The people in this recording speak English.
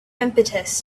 impetus